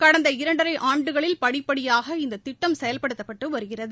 கடந்த இரண்டரை ஆண்டுகளில் படிப்படியாக இந்த திட்டம் செயல்படுத்தப்பட்டு வருகிறது